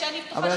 שאני בטוחה שאתה,